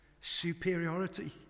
superiority